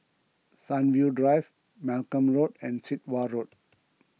Sunview Drive Malcolm Road and Sit Wah Road